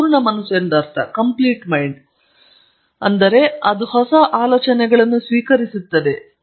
ನಾನು ಪೂರ್ಣ ಮನಸ್ಸು ಎಂದು ಅರ್ಥ ಆದರೆ ಇನ್ನೂ ಹೊಸ ಆಲೋಚನೆಗಳನ್ನು ಸ್ವೀಕರಿಸುತ್ತದೆ